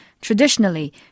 Traditionally